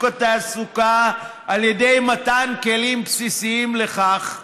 התעסוקה על ידי מתן כלים בסיסיים לכך,